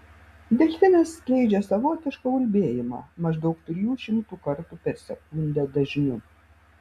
delfinas skleidžia savotišką ulbėjimą maždaug trijų šimtų kartų per sekundę dažniu